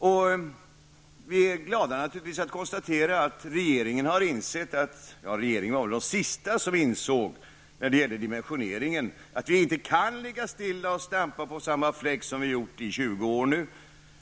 Vi är naturligtvis glada att kunna konstatera att regeringen har insett, och nog var den sista som insåg, att vi inte kan stå och stampa på samma fläck när det gäller dimensioneringen som vi nu har gjort i 20 år.